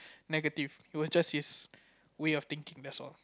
negative it was just his way of thinking that's all